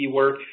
work